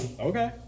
Okay